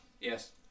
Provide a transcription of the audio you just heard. Yes